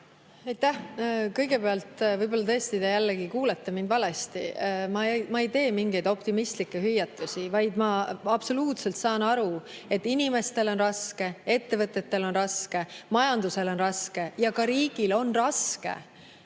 Aitäh! Kõigepealt, võib-olla tõesti te jällegi kuulete mind valesti. Ma ei tee mingeid optimistlikke hüüatusi, vaid ma absoluutselt saan aru, et inimestel on raske, ettevõtetel on raske, majandusel on raske ja ka riigil on raske.